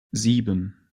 sieben